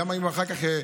גם אם אחר כך,